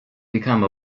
become